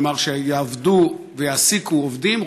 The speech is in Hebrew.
כלומר שיעבדו ויעסיקו עובדים,